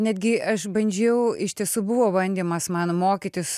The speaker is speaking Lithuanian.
netgi aš bandžiau iš tiesų buvo bandymas man mokytis